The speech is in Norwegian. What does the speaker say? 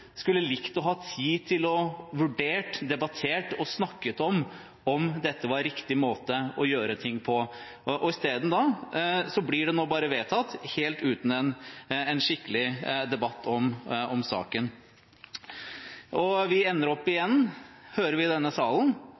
skulle likt å ha tid til å få vurdert, debattert og snakket om hvorvidt dette var riktig måte å gjøre ting på. I stedet blir det nå bare vedtatt, helt uten en skikkelig debatt om saken. Igjen ender vi opp – hører vi i denne salen